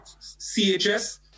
CHS